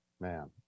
man